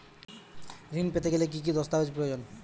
ঋণ পেতে গেলে কি কি দস্তাবেজ প্রয়োজন?